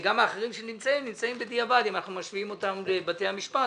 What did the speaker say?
גם האחרים שנמצאים נמצאים בדיעבד אם אנחנו משווים אותם לבתי המשפט,